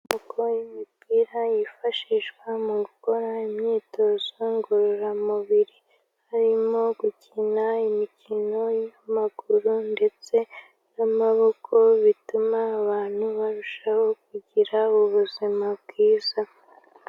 Amoko imipira yifashishwa mu gukora imyitozo ngororamubiri harimo gukina imikino y'amaguru ndetse n'amaboko, bituma abantu barushaho kugira ubuzima bwiza.